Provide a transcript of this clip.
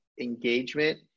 engagement